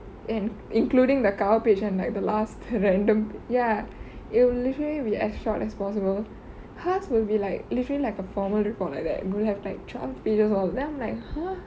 and including the cover page and like the last random ya it'll literally be as short as possible hers will be like literally like a formal report like that will have twelve pages all then I'm like !huh!